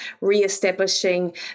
re-establishing